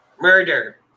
murder